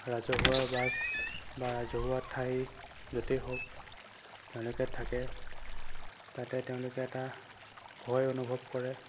ৰাজহুৱা বাছ বা ৰাজহুৱা ঠাইত য'তেই হওক তেওঁলোকে থাকে তাতে তেওঁলোকে এটা ভয় অনুভৱ কৰে